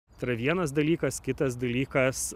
tai yra vienas dalykas kitas dalykas